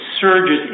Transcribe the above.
surges